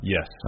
Yes